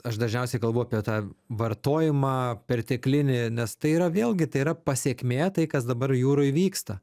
aš dažniausiai kalbu apie tą vartojimą perteklinį nes tai yra vėlgi tai yra pasekmė tai kas dabar jūroj vyksta